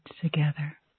together